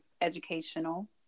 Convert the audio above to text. educational